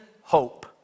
hope